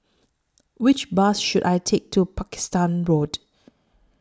Which Bus should I Take to Pakistan Road